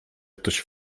ktoś